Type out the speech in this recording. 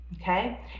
okay